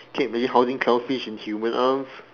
can you imagine clownfish in human arms